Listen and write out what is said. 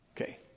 Okay